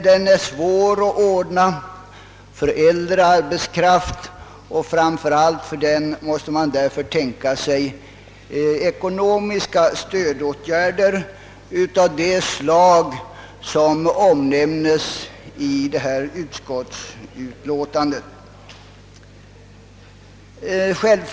Det är dock svårt att ordna omskolning för äldre arbetskraft, och därför måste man för den tänka sig ekonomiska stödåtgärder av det slag som omnämns i detta betänkande.